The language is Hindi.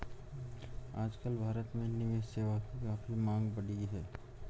आजकल भारत में निवेश सेवा की काफी मांग बढ़ी है